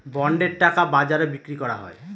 বন্ডের টাকা বাজারে বিক্রি করা হয়